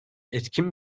etkin